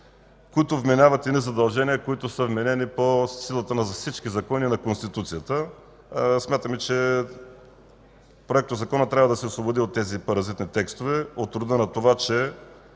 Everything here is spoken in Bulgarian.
които вменяват задължения, вменени по силата на всички закони и на Конституцията. Смятаме, че законопроектът трябва да се освободи от тези паразитни текстове – от рода на това, че